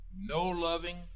no-loving